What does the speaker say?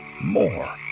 more